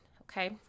okay